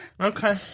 Okay